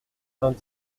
vingt